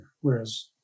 whereas